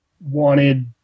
wanted